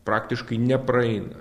praktiškai nepraeina